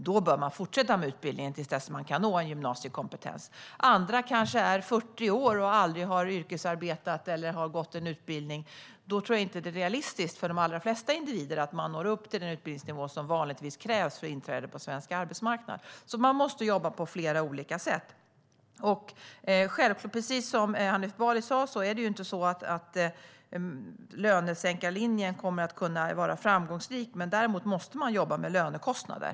Då bör de fortsätta med utbildningen till dess att de kan nå gymnasiekompetens. Andra kanske är 40 år och har aldrig yrkesarbetat eller gått någon utbildning. Då tror jag inte att det är realistiskt för de allra flesta individer att nå upp till den utbildningsnivå som vanligtvis krävs för inträde på svensk arbetsmarknad. Man måste alltså jobba på flera olika sätt. Precis som Hanif Bali sa kommer inte lönesänkarlinjen att kunna vara framgångsrik. Däremot måste man jobba med lönekostnader.